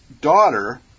daughter